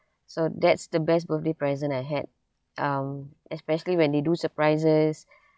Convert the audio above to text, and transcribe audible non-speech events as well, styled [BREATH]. so that's the best birthday present I had um especially when they do surprises [BREATH]